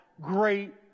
great